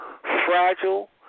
fragile